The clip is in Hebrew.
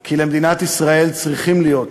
כי למדינת ישראל צריכים להיות